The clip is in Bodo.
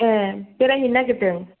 ए बेरायहैनो नागिरदों